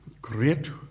Great